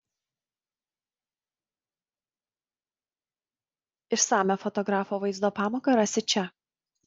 išsamią fotografo vaizdo pamoką rasi čia